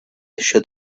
should